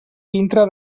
dintre